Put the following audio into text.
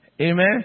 Amen